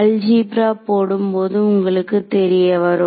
algebra போடும் போது உங்களுக்கு தெரியவரும்